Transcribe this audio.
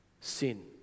sin